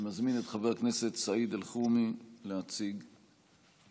אני מזמין את חבר הכנסת סעיד אלחרומי להציג את